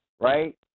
right